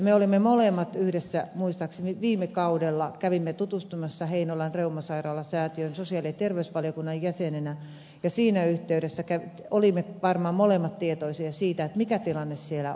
me olimme molemmat yhdessä muistaakseni viime kaudella tutustumassa heinolan reumasäätiön sairaalaan sosiaali ja terveysvaliokunnan jäsenenä ja siinä yhteydessä olimme varmaan molemmat tietoisia siitä mikä tilanne siellä on